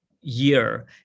year